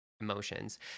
emotions